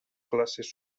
classes